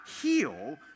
heal